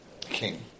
king